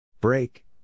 Break